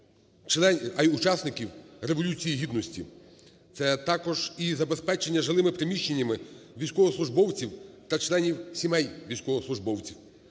а й учасників Революції Гідності. Це також і забезпечення жилими приміщеннями військовослужбовців та членів сімей військовослужбовців.